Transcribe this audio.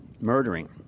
murdering